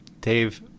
dave